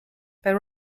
beim